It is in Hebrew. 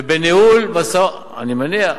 ובניהול משא-ומתן,